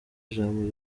ijambo